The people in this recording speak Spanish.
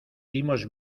dimos